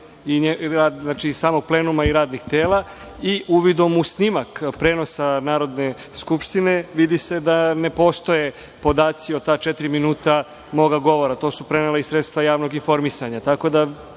samog plenuma i radnih tela. Uvidom u snimak prenosa Narodne skupštine, vidi se da ne postoje podaci o ta četiri minuta moga govora. To su prenela i sredstva javnog informisanja. Želeo